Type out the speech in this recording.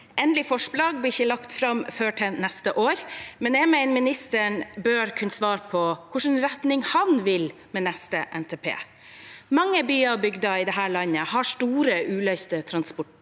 Endelig forslag blir ikke lagt fram før til neste år, men jeg mener ministeren bør kunne svare på hvilken retning han vil i med neste NTP. Mange byer og bygder i dette landet har store uløste transportbehov,